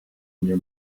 near